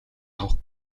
авах